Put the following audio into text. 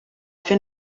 fer